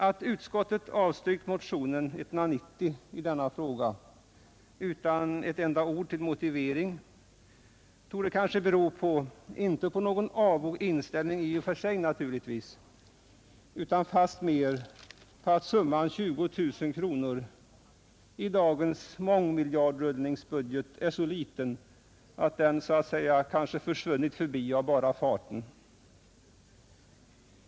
Att utskottet avstyrkt motionen 190 i denna fråga utan ett enda ord till motivering torde bero inte på någon avog inställning i och för sig utan fastmer på att summan 20 000 kronor i dagens mångmiljardrullningsbudget är så liten att den försvunnit av bara farten.